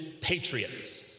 patriots